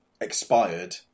expired